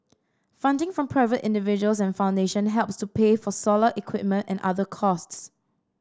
funding from private individuals and foundation helps to pay for solar equipment and other costs